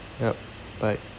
yup bye